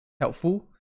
helpful